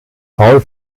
paul